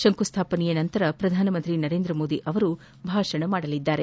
ಶಂಕುಸ್ವಾಪನೆಯ ನಂತರ ಪ್ರಧಾನಮಂತ್ರಿ ನರೇಂದ್ರ ಮೋದಿ ಭಾಷಣ ಮಾಡಲಿದ್ದಾರೆ